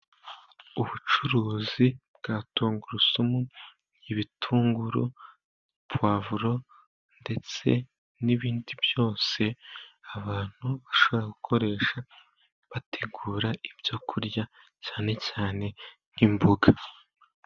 Ubucuruzi bwa tungurusumu, ibitunguru, pwavuro, ndetse n'ibindi byose abantu bashaka gukoresha bategura ibyo kurya cyane cyane nk'imboga.